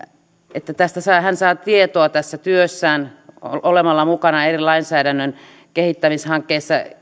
että hän saa tietoa tässä työssään olemalla mukana eri lainsäädännön kehittämishankkeissa